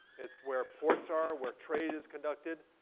it's where ports are, where trade is conducted.